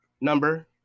number